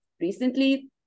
recently